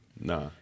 No